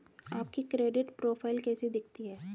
आपकी credit profile कैसी दिखती है?